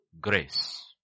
Grace